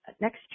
next